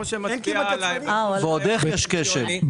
ועוד איך יש כשל.